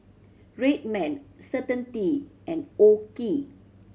Red Man Certainty and OKI